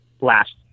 last